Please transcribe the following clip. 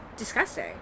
disgusting